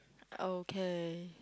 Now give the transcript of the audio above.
okay